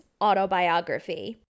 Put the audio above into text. autobiography